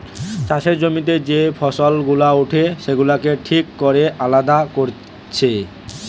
চাষের জমিতে যে ফসল গুলা উঠে সেগুলাকে ঠিক কোরে আলাদা কোরছে